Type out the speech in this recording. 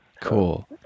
Cool